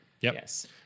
Yes